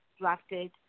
drafted